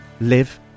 live